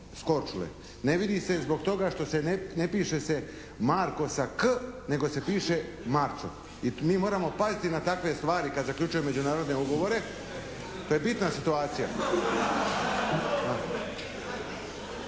Ne vidi se zbog toga što se ne piše "Marko" sa "k" nego se piše "Marco" i mi moramo paziti na takve stvari kada zaključujemo međunarodne ugovore, to je bitna situacija.